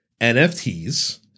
NFTs